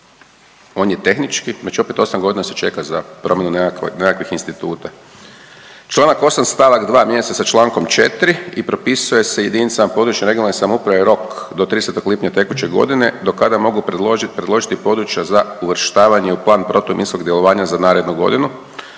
on je tehnički, znači opet osam godina se čeka za promjenu nekakvih instituta. Članak 8. stavak 2. mijenja se sa člankom 4. i propisuje se jedinicama područne, regionalne samouprave rok do 30. lipnja tekuće godine do kada mogu predložiti područja za uvrštavanje u plan protuminskog djelovanja za narednu godinu